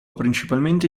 principalmente